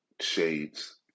shades